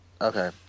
okay